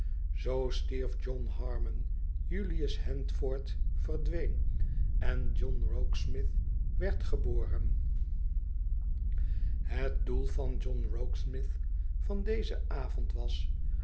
zoo stierf john harmon julius handford verdween en john rokesmith werd geboren het doel van john rokesmith van dezen avond was